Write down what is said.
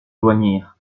joignirent